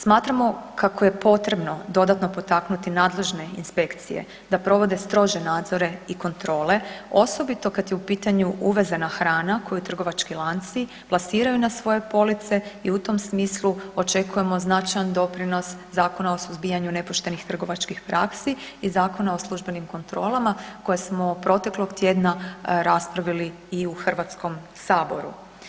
Smatramo kako je potrebno dodatno potaknuti nadležne inspekcije da provode strože nadzore i kontrole, osobito kad je u pitanju uvezena hrana koju trgovački lanci plasiraju na svoje police i u tom smislu očekujemo značajan doprinos Zakona o suzbijanju nepoštenih trgovačkih praksi i Zakona o službenim kontrolama koje smo proteklog tjedna raspravili i u Hrvatskom saboru.